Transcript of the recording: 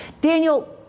Daniel